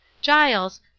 Giles